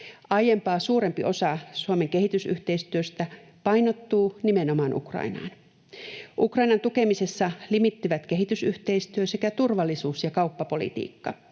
Aiempaa suurempi osa Suomen kehitysyhteistyöstä painottuu nimenomaan Ukrainaan. Ukrainan tukemisessa limittyvät kehitysyhteistyö sekä turvallisuus- ja kauppapolitiikka.